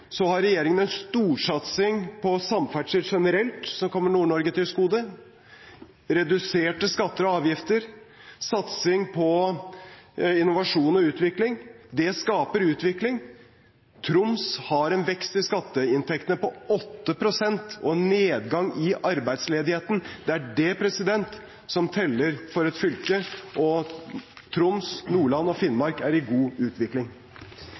har regjeringen en storsatsing på samferdsel generelt som kommer Nord-Norge til gode. Reduserte skatter og avgifter og satsing på innovasjon og utvikling skaper utvikling. Troms har en vekst i skatteinntektene på 8 pst. og en nedgang i arbeidsledigheten. Det er det som teller for et fylke. Troms, Nordland og Finnmark er i god utvikling.